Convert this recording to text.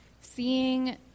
seeing